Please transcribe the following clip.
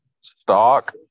stock